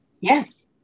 Yes